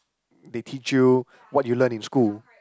they teach you what you learned in school